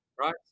right